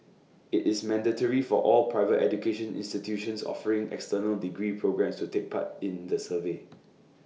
IT is mandatory for all private education institutions offering external degree programmes to take part in the survey